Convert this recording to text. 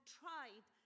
tried